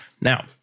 Now